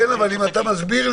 כן, אבל אם אתה מסביר לי